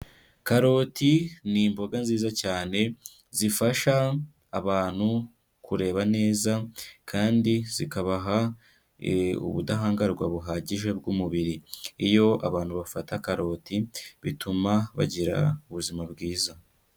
Karoti ni imboga nziza cyane zifasha abantu kureba neza, kandi zikabaha ubudahangarwa buhagije bw'umubiri, iyo abantu bafata karoti bituma bagira ubuzima bwiza.